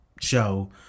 show